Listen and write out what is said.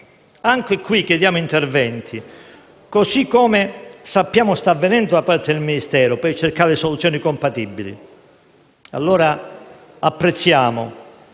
Anche qui chiediamo interventi, come sappiamo sta avvenendo da parte del Ministero, per cercare soluzioni compatibili. Apprezziamo,